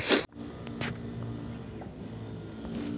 హరిత గృహం అనేది గోడలు మరియు పై కప్పుతో కూడిన పారదర్శక నిర్మాణం